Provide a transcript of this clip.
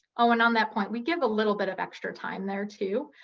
oh and on that point, we give a little bit of extra time there too.